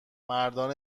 مردان